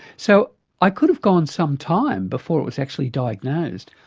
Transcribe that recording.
so i could have gone some time before it was actually diagnosed.